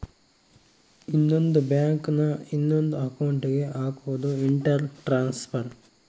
ಇನ್ನೊಂದ್ ಬ್ಯಾಂಕ್ ನ ಇನೊಂದ್ ಅಕೌಂಟ್ ಗೆ ಹಕೋದು ಇಂಟರ್ ಟ್ರಾನ್ಸ್ಫರ್